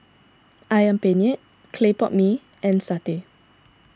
Ayam Penyet Clay Pot Mee and Satay